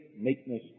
meekness